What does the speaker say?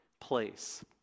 place